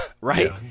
right